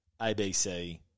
ABC